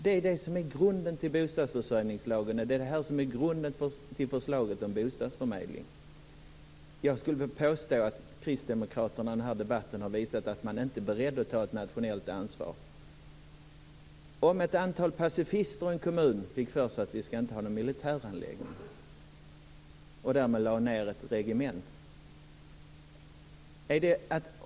Det är det som är grunden till bostadsförsörjningslagen. Det är det som är grunden till förslaget om bostadsförmedling. Jag skulle vilja påstå att Kristdemokraterna i den här debatten har visat att man inte är beredd att ta ett nationellt ansvar. Vi tänker oss att ett antal pacifister i en kommun får för sig att man inte ska ha några militärer längre och lägger ned ett regemente.